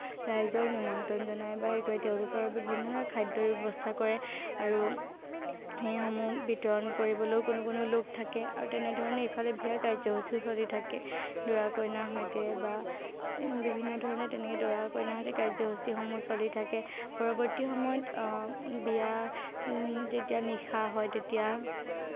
ৰাইজক নিমন্ত্ৰণ জনায় বা হেৰি কৰে তেওঁলোকৰ বাবে বিভিন্ন ধৰণৰ খাদ্যৰ ব্যৱস্থা কৰে আৰু সেইসমূহ বিতৰণ কৰিবলৈও কোনো কোনো লোক থাকে আৰু তেনেধৰণে ইফালে বিয়াৰ কাৰ্য্যসূচীও চলি থাকে দৰা কইনাৰ সৈতে বা বিভিন্ন ধৰণে তেনেকে দৰা কইনাৰ সৈতে কাৰ্য্যসূচীসমূহ চলি থাকে পৰৱৰ্তী সময়ত বিয়া যেতিয়া নিশা হয় তেতিয়া